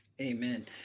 Amen